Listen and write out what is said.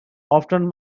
often